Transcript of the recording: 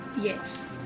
Yes